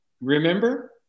Remember